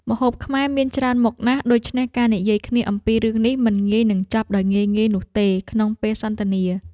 ម្ហូបខ្មែរមានច្រើនមុខណាស់ ដូច្នេះការនិយាយគ្នាអំពីរឿងនេះមិនងាយនឹងចប់ដោយងាយៗនោះទេក្នុងពេលសន្ទនា។